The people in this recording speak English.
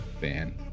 fan